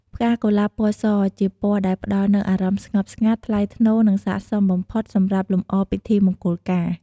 ផ្កាកុលាបពណ៌ស ជាពណ៌ដែលផ្តល់នូវអារម្មណ៍ស្ងប់ស្ងាត់ ថ្លៃថ្នូរ និងស័ក្តិសមបំផុតសម្រាប់លំអពិធីមង្គលការ។